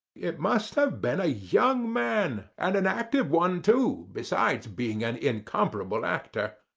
it must have been a young man, and an active one, too, besides being an incomparable actor.